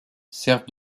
servent